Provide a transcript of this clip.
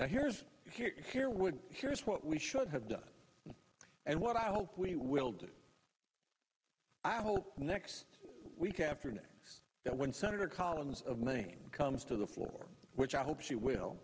that here's here would here's what we should have done and what i hope we will do i hope next week after next that when senator collins of maine comes to the floor which i hope she will